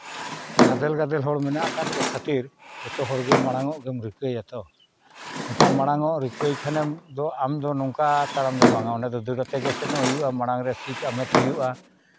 ᱜᱟᱫᱮᱞ ᱜᱟᱫᱮᱞ ᱦᱚᱲ ᱢᱮᱱᱟᱜ ᱟᱠᱟᱫ ᱠᱚ ᱠᱷᱟᱹᱛᱤᱨ ᱡᱚᱛᱚ ᱦᱚᱲᱜᱮ ᱢᱟᱲᱟᱝ ᱚᱜ ᱜᱮᱢ ᱨᱤᱠᱟᱹᱭᱟᱛᱚ ᱮᱱᱠᱷᱟᱱ ᱢᱟᱲᱟᱝ ᱚᱜ ᱨᱤᱠᱟᱹᱭ ᱠᱷᱟᱱᱮᱢ ᱫᱚ ᱟᱢᱫᱚ ᱱᱚᱝᱠᱟ ᱛᱟᱲᱟᱢ ᱫᱚ ᱵᱟᱝᱟ ᱚᱸᱰᱮ ᱫᱚ ᱫᱟᱹᱲ ᱟᱛᱮᱫ ᱜᱮ ᱥᱮᱱᱚᱜ ᱦᱩᱭᱩᱜᱼᱟ ᱢᱟᱲᱟᱝ ᱨᱮ ᱥᱤᱴ ᱦᱟᱢᱮᱴ ᱦᱩᱭᱩᱜᱼᱟ